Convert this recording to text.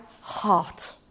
heart